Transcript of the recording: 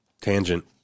Tangent